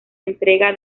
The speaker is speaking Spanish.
entrega